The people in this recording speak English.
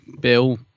Bill